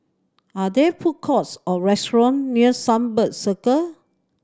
are there food courts or restaurant near Sunbird Circle